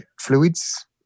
fluids